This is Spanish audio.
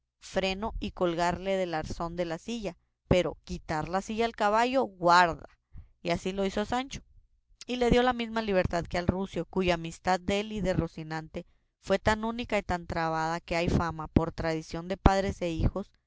freno y colgarle del arzón de la silla pero quitar la silla al caballo guarda y así lo hizo sancho y le dio la misma libertad que al rucio cuya amistad dél y de rocinante fue tan única y tan trabada que hay fama por tradición de padres a hijos